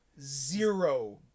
zero